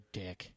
dick